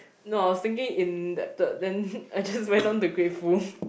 no stinking indebted then I just went in to grateful